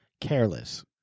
careless